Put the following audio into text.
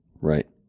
right